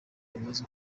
imaze